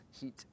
heat